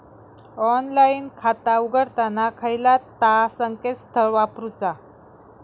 Online खाता उघडताना खयला ता संकेतस्थळ वापरूचा?